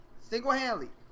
Single-handedly